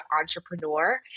entrepreneur